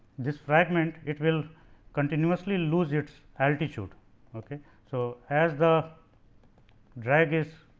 this fragment it will continuously lose its altitude ok. so, as the drag is